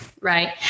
Right